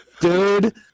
Dude